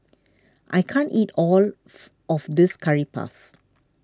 I can't eat all of this Curry Puff